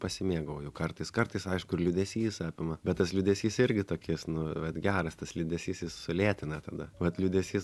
pasimėgauju kartais kartais aišku ir liūdesys apima bet tas liūdesys irgi tokis nu vat geras tas liūdesys jis sulėtina tada vat liūdesys